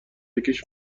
یکیش